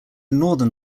northern